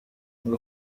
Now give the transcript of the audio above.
ngo